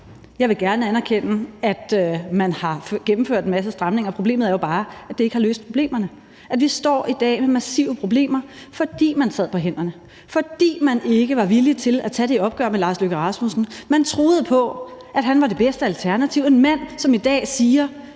Jeg vil gerne anerkende, at man har gennemført en masse stramninger. Problemet er bare, at det ikke har løst problemerne. Vi står i dag med massive problemer, fordi man sad på hænderne, fordi man ikke var villig til at tage det opgør med Lars Løkke Rasmussen. Man troede på, at han var det bedste alternativ – en mand, som i dag siger: